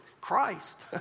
Christ